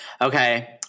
Okay